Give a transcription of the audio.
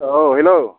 औ हेल'